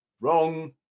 Wrong